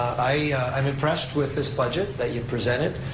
i'm impressed with this budget that you presented.